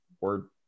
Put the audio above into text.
word